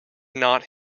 not